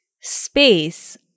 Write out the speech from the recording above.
space